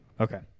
Okay